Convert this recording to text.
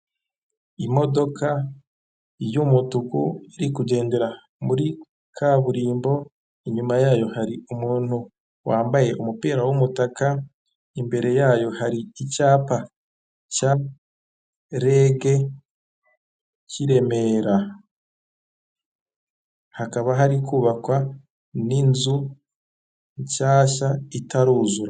Imodoka y'umutuku iri kugendera muri kaburimbo inyuma yayo hari umuntu wambaye umupira w'umutaka, imbere yayo hari icyapa cya rege cy'iremera hakaba hari kubakwa n'inzu nshyashya itaruzura.